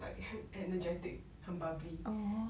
like energetic 很 bubbly